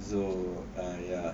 so I uh